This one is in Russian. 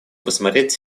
посмотреть